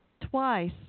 twice